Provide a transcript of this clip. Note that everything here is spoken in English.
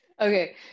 Okay